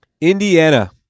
Indiana